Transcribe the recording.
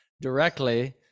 directly